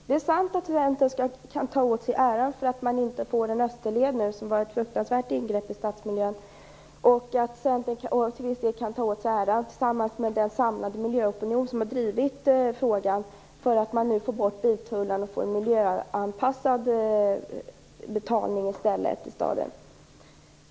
Det är sant att Centern kan ta åt sig äran för att man inte får Österleden, som skulle vara ett fruktansvärt ingrepp i stadsmiljön, och till viss del äran - tillsammans med den samlade miljöopinion som drivit frågan - för att man nu får bort biltullarna och i stället får en mera miljöanpassad betalning till staden.